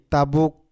Tabuk